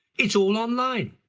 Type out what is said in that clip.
it's all online.